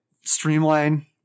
streamline